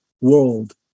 world